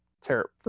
terrible